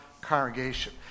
congregation